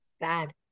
sad